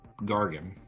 Gargan